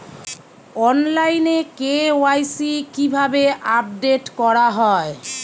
অনলাইনে কে.ওয়াই.সি কিভাবে আপডেট করা হয়?